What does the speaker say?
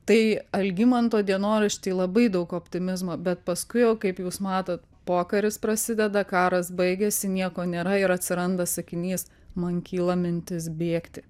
tai algimanto dienorašty labai daug optimizmo bet paskui jau kaip jūs matot pokaris prasideda karas baigėsi nieko nėra ir atsiranda sakinys man kyla mintis bėgti